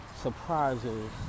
surprises